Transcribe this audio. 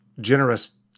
generous